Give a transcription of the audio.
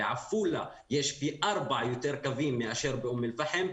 בעפולה יש פי ארבע יותר קווים מאשר באום אל פאחם,